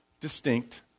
distinct